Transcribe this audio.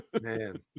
Man